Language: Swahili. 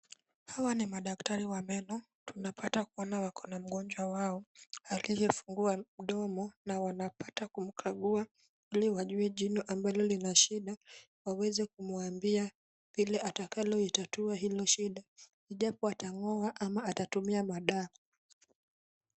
Hawa ni madaktari wa meno tunapata kuona wako na mgonjwa wao aliyefungua mdomo na wanapata kumkakua ili wake jino ambayo lina shida waweze kumwambia vile atakalo litatua hilo shida ijapo atangoa au atatumia madawa